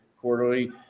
quarterly